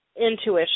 intuition